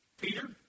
Peter